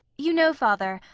you know, father,